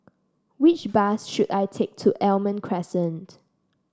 which bus should I take to Almond Crescent